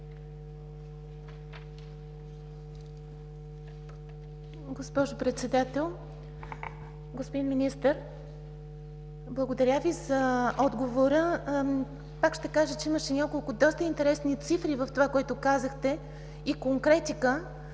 Госпожо Председател! Господин Министър, благодаря Ви за отговора. Пак ще кажа, че имаше няколко доста интересни числа в това, което казахте, и конкретика,